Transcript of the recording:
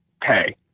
pay